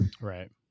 Right